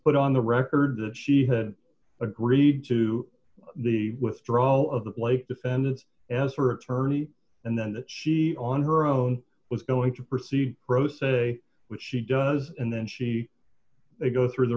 put on the record that she had agreed to the withdrawal of the blake defendant as her attorney and then she on her own was going to proceed pro se which she does and then she they go through the